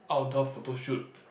outdoor photoshoot